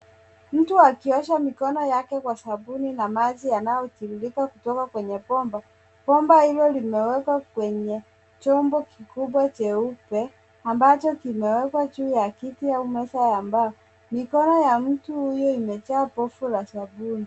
Mtu akiosha mikono yake kwa sabuni na maji yanayotiririka kutoka kwenye bomba. Bomba hilo limewekwa kwenye chombo kikubwa cheupe ambacho kimewekwa juu ya kiti au meza ya mbao. Mikono ya mtu huyo imejaa povu la sabuni.